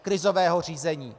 Krizového řízení.